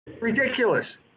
ridiculous